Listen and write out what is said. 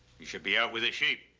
you should be out with the sheep.